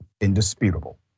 indisputable